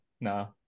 no